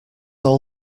all